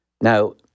Now